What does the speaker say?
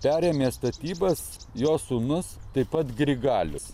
perėmė statybas jo sūnus taip pat grigalius